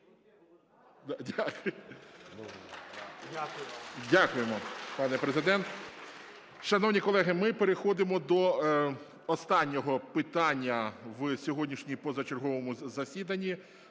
Дякуємо, пане Президенте. Шановні колеги, ми переходимо до останнього питання в сьогоднішньому позачерговому засіданні